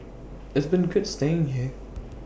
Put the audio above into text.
it's been good staying here